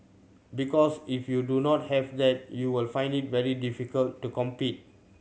because if you do not have that you will find it very difficult to compete